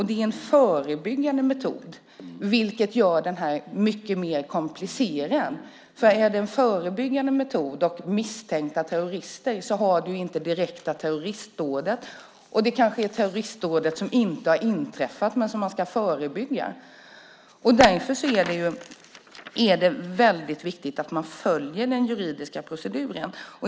Det är en förebyggande metod, vilket gör det mycket mer komplicerat. Om det är en förebyggande metod mot misstänkta terrorister finns inte det direkta terroristdådet. Det kanske är ett terroristdåd som inte har inträffat men som ska förebyggas. Därför är det väldigt viktigt att man följer den juridiska proceduren.